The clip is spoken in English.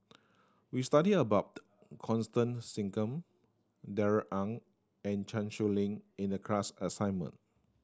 we studied about Constance Singam Darrell Ang and Chan Sow Lin in the class assignment